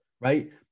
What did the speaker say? right